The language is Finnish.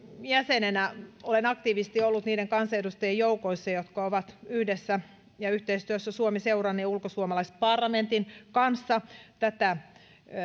jäsenenä olen aktiivisesti ollut niiden kansanedustajien joukossa jotka ovat yhdessä ja yhteistyössä suomi seuran ja ulkosuomalaisparlamentin kanssa tätä